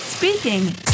Speaking